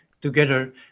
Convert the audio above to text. together